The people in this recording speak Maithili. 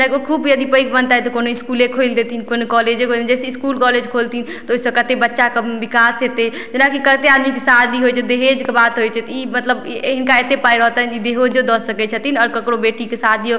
ओ खूब यदि पैघ बनतैथ तऽ कोनो इसकुले खोलि देथिन कोनो कॉलेजे खोलि देथिन जे से इसकुल कॉलेज खोलथिन तऽ ओहि सऽ कतेक बच्चाके बिकास हेतै जेना कि कतेक आदमीके शादी होइ छै दहेजके बात होइ छै तऽ ई मतलब हिनका अतेक पाइ रहतनि जे ई दहेजो दऽ सकैत छथिन आओर ककरो बेटीके शादियो